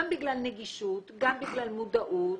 גם בגלל נגישות, גם בגלל מודעות,